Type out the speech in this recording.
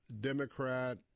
Democrat